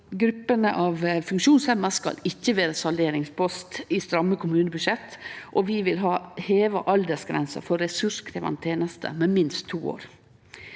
gruppene av funksjonshemma skal ikkje vere salderingspost i stramme kommunebudsjett, og vi vil ha aldersgrensa for ressurskrevjande tenester heva med minst to år.